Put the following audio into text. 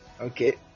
okay